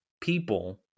people